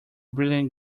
brilliant